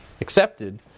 accepted